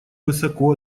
высоко